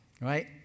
Right